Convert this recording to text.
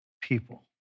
people